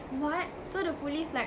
what so the police like